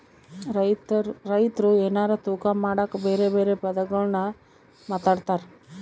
ರೈತ್ರು ಎನಾರ ತೂಕ ಮಾಡಕ ಬೆರೆ ಬೆರೆ ಪದಗುಳ್ನ ಮಾತಾಡ್ತಾರಾ